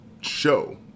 show